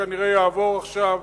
שכנראה יעבור עכשיו,